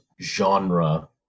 genre